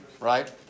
right